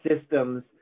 systems